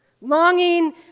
longing